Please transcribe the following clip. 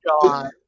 God